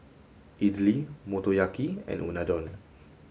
Idili Motoyaki and unadon